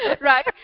right